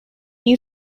you